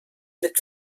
mit